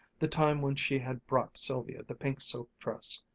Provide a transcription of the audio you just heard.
the time when she had brought sylvia the pink silk dress,